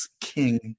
King